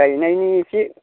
गायनायानि इसे